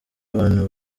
abantu